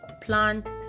plant